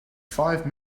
five